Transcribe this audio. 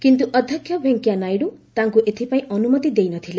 କିନ୍ତୁ ଅଧ୍ୟକ୍ଷ ଭେଙ୍କେୟା ନାଇଡୁ ତାଙ୍କୁ ଏଥିପାଇଁ ଅନୁମତି ଦେଇନଥିଲେ